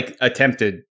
attempted